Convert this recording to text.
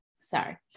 Sorry